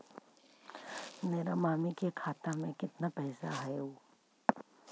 मेरा मामी के खाता में कितना पैसा हेउ?